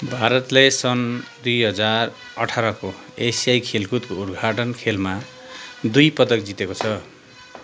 भारतले सन् दुई हजार अठारको एसियाली खेलकुदको उद्घाटन खेलमा दुई पदक जितेको छ